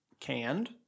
Canned